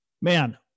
man